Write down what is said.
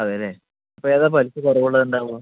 അതെ അല്ലെ അപ്പോൾ ഏതാ പലിശ കുറവുള്ളതുണ്ടാവുക